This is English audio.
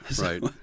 Right